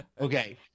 Okay